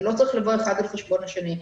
האחד לא צריך לבוא על חשבון השני.